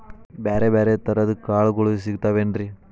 ಬ್ಯಾರೆ ಬ್ಯಾರೆ ತರದ್ ಕಾಳಗೊಳು ಸಿಗತಾವೇನ್ರಿ?